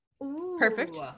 perfect